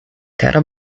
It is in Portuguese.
quero